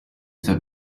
that